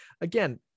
Again